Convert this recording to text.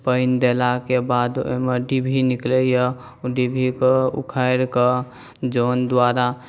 पानि देलाके बाद ओहिमे डिभ्भी निकलैए डिभ्भीके उखाड़िके जन द्वारा